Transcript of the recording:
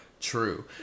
true